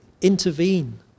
intervene